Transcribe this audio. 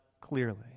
clearly